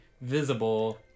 visible